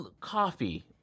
Coffee